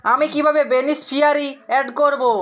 আমি কিভাবে beneficiary add করব?